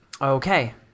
Okay